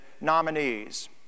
nominees